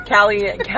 Callie